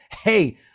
hey